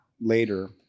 later